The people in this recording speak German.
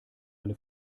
eine